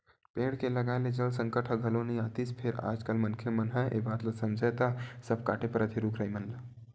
पेड़ के लगाए ले जल संकट ह घलो नइ आतिस फेर आज कल मनखे मन ह ए बात ल समझय त सब कांटे परत हे रुख राई मन ल